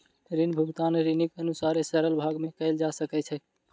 ऋण भुगतान ऋणीक अनुसारे सरल भाग में कयल जा सकै छै